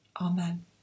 Amen